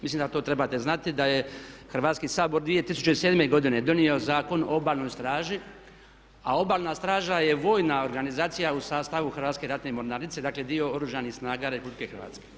Mislim da to trebate znati da je Hrvatski sabor 2007. godine donio Zakon o Obalnoj straži a Obalna straža je vojna organizacija u sastavu Hrvatske ratne mornarice, dakle dio Oružanih snaga Republike Hrvatske.